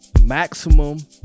maximum